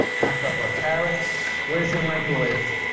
hack up our carrots. where's your microwave?